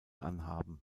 anhaben